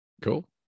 Cool